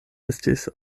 estis